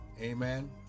Amen